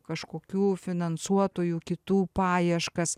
kažkokių finansuotojų kitų paieškas